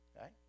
right